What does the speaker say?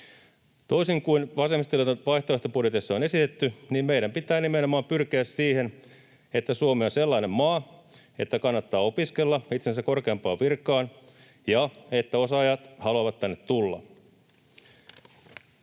Toisin kuin vasemmistoliiton vaihtoehtobudjetissa on esitetty, niin meidän pitää nimenomaan pyrkiä siihen, että Suomi on sellainen maa, että kannattaa opiskella itseänsä korkeampaan virkaan ja että osaajat haluavat tänne tulla.